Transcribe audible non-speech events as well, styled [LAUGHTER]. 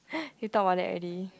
[NOISE] you talk about that already